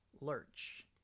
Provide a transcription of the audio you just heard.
Lurch